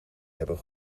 hebben